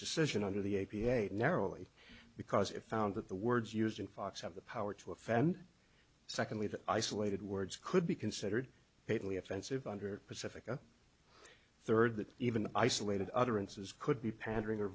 decision under the a b a narrowly because it found that the words used in fox have the power to offend secondly that isolated words could be considered hateley offensive under pacifica third that even isolated utterances could be pandering or